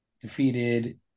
defeated